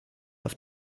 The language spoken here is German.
auf